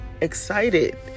excited